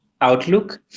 outlook